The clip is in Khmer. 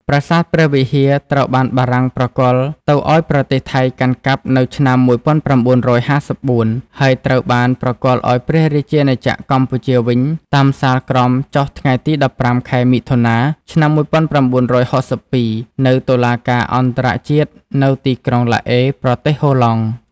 ប្រាសាទព្រះវិហារ ត្រូវបានបារាំងប្រគល់ទៅឱ្យប្រទេសថៃកាន់កាប់នៅឆ្នាំ១៩៥៤ ហើយត្រូវបានប្រគល់ឱ្យព្រះរាជាណាចក្រកម្ពុជាវិញតាមសាលក្រមចុះថ្ងៃទី១៥ ខែមិថុនា ឆ្នាំ១៩៦២ នៅតុលាការអន្តរជាតិនៅទីក្រុងឡាអេប្រទេសហូឡង់។